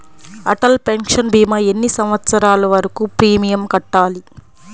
Atal pension భీమా ఎన్ని సంవత్సరాలు వరకు ప్రీమియం కట్టాలి?